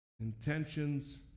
intentions